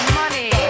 money